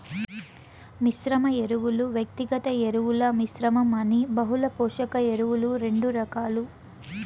మిశ్రమ ఎరువులు, వ్యక్తిగత ఎరువుల మిశ్రమం అని బహుళ పోషక ఎరువులు రెండు రకాలు